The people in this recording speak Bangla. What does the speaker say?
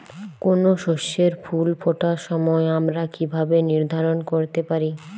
কোনো শস্যের ফুল ফোটার সময় আমরা কীভাবে নির্ধারন করতে পারি?